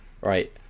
Right